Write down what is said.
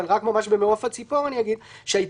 אבל רק ממש במעוף הציפור אני אגיד שהיתרונות